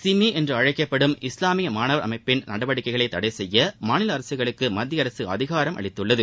சிமி என்று அழைக்கப்படும் இஸ்லாமிய மாணவர் அமைப்பின் நடவடிக்கைகளை தடை செய்ய மாநில அரசுகளுக்கு மத்திய அரசு அதிகாரம் அளித்துள்ளது